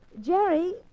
Jerry